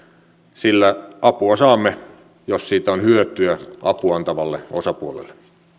sillä apua saamme jos siitä on hyötyä apua antavalle osapuolelle